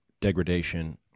degradation